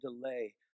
delay